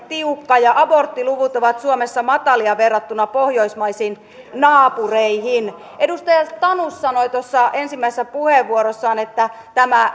tiukka ja aborttiluvut ovat suomessa matalia verrattuna pohjoismaisiin naapureihin edustaja tanus sanoi tuossa ensimmäisessä puheenvuorossaan että